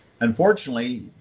Unfortunately